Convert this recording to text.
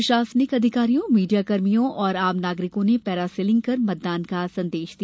प्रशासनिक अधिकारियों मीडियाकर्मियों और आम नागरिकों ने पैरासिलिंग कर मतदान का संदेश दिया